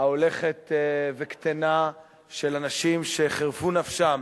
ההולכת וקטנה, של אנשים שחירפו נפשם